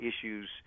issues